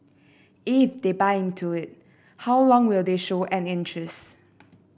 if they buy into it how long will they show an interest